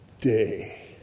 day